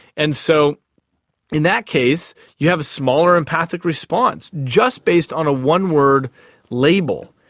and so in that case you have a smaller empathic response, just based on a one-word label.